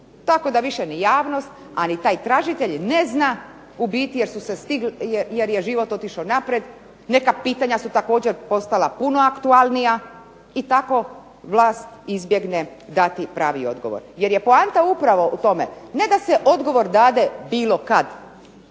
Tako da više ni javnost, a ni taj tražitelj ne zna u biti jer je život otišao naprijed. Neka pitanja su također postala puno aktualnija i tako vlast izbjegne dati pravi odgovor jer je poanta upravo u tome ne da se odgovor dade bilo kad,